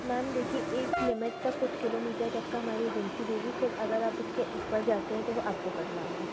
ma'am देखिए एक limit तक कुछ किलोमीटर तक का हमारी एजेंसी देगी फिर अगर आप इसके ऊपर जाते हैं तो वो आपको करना होगा